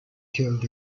killed